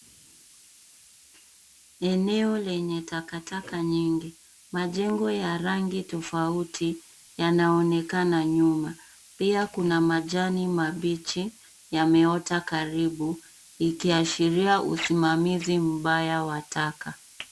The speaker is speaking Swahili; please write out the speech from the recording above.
Eneo lenye takataka nyingi. Majengo ya rangi tofauti yanaonekana nyuma. Pia kuna majani mabichi yameota karibu, ikiashiria usimamizi mbaya wa taka.